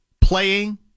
playing